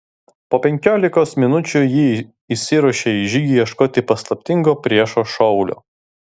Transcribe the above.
po penkiolikos minučių ji išsiruošė į žygį ieškoti paslaptingo priešo šaulio